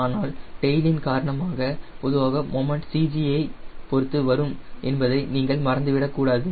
ஆனால் டெயிலின் காரணமாக பொதுவாக மொமன்ட் CG ஐ பொருத்து வரும் என்பதை நீங்கள் மறந்துவிடக் கூடாது